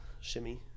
shimmy